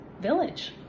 village